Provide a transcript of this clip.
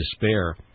despair